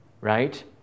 right